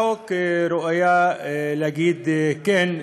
על הצעת החוק ראוי להגיד "כן",